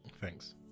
Thanks